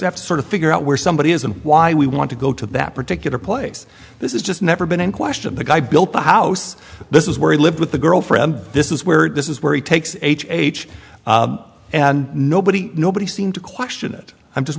sort of figure out where somebody is and why we want to go to that particular place this is just never been in question the guy built a house this is where he lived with the girlfriend this is where this is where he takes h h and nobody nobody seemed to question it i'm just